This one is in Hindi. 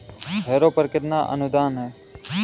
हैरो पर कितना अनुदान है?